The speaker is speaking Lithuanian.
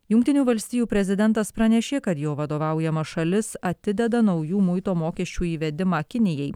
jungtinių valstijų prezidentas pranešė kad jo vadovaujama šalis atideda naujų muito mokesčių įvedimą kinijai